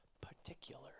particular